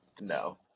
No